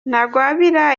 ntagwabira